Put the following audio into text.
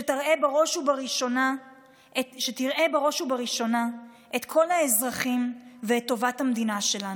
שתראה בראש ובראשונה את כל האזרחים ואת טובת המדינה שלנו.